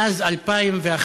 מאז 2011,